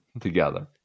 together